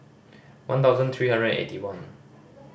one thousand three hundred and eighty one